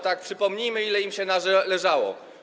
Tak, przypomnijmy, ile im się należało.